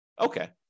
Okay